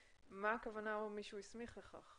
מההכוונה "או מי שהוא הסמיך לכך"